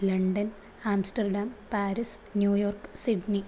London Amsterdam Paris New York Sydney